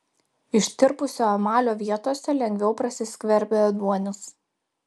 ištirpusio emalio vietose lengviau prasiskverbia ėduonis